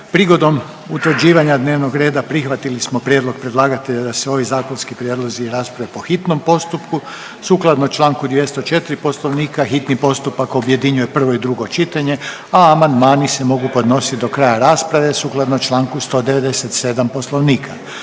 Prigodom utvrđivanja dnevnog reda prihvatili smo prijedlog predlagatelja da se ovi zakonski prijedlozi rasprave po hitnom postupku sukladno čl. 204 Poslovnika, hitni postupak objedinjuje prvo i drugo čitanje, a amandmani se mogu podnositi do kraja rasprave sukladno čl. 197. Poslovnika.